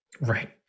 Right